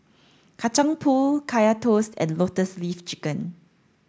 Kacang Pool Kaya Toast and lotus leaf chicken